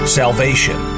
salvation